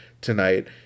tonight